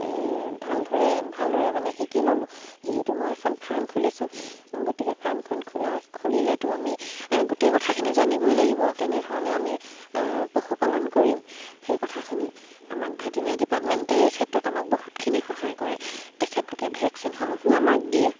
ভালদৰে ভালদৰে মানে শিকি ল'লোঁ যিহেতু মই এখন ফাৰ্ম খুলিছোঁ গতিকে ফাৰ্মখন খোলা খুলিলেতো আমি গোটেই কথাখিনি জানিবই লাগিব কেনেধৰণে আমি পশুপালন কৰিম সেই কথাখিনি আমাক ভেটেনেৰি ডিপাৰ্টমেণ্টে এই ক্ষেত্ৰত আমাক বহুতখিনি সহায় কৰে তেখেতলোকে ভেকচিনসমূহো আমাক দিয়ে